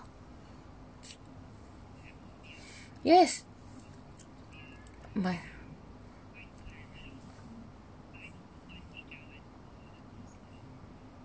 yes my